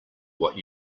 what